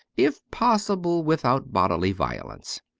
if possible without bodily violence.